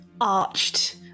arched